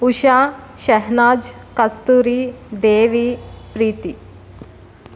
Usha Shehnaz Kasturi Devi Preethi